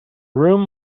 room